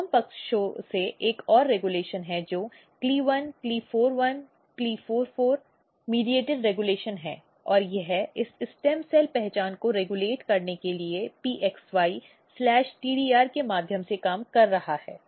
phloem पक्षों से एक और रेगुलेशन है जो CLE1 CLE41 और CLE44 मध्यस्थता विनियमन है और यह इस स्टेम सेल पहचान को रेगुलेट करने के लिए PXY TDR के माध्यम से काम कर रहा है